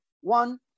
one